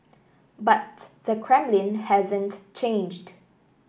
but the Kremlin hasn't changed